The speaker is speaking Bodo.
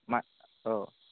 मा औ